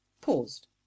Paused